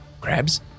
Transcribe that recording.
Crabs